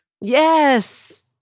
Yes